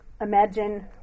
Imagine